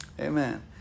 Amen